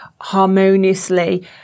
harmoniously